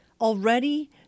Already